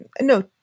no